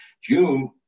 June